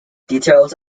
details